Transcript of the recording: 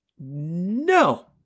No